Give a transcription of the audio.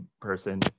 person